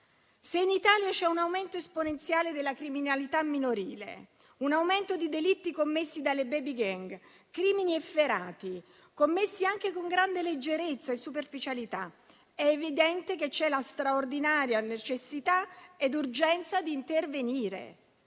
se in Italia c'è un aumento esponenziale della criminalità minorile, un aumento di delitti commessi dalle *baby gang*, crimini efferati, commessi anche con grande leggerezza e superficialità, è evidente che c'è la straordinaria necessità ed urgenza di intervenire